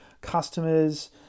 customers